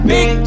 Big